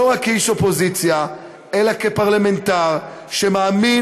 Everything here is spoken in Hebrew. לא רק כאיש אופוזיציה אלא כפרלמנטר שמאמין